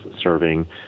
serving